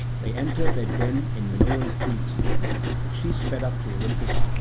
they entered their den in minoan crete but she sped up to olympus,